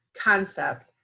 concept